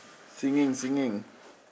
singing singing